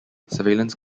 surveillance